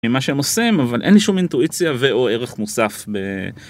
ממה שהם עושים אבל אין לי שום אינטואיציה ואו ערך מוסף. ב..